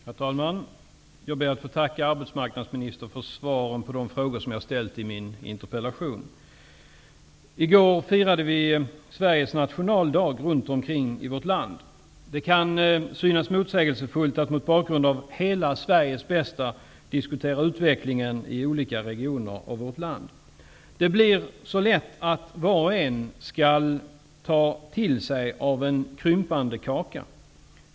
Herr talman! Jag ber att få tacka arbetsmarknadsministern för svaren på de frågor som jag har ställt i min interpellation. I går firade vi Sveriges nationaldag runt om i vårt land. Det kan synas motsägelsefullt att mot bakgrund av hela Sveriges bästa diskutera utvecklingen i olika regioner av vårt land. Det blir så lätt att var och en skall ta till sig av en krympande kaka.